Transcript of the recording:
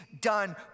done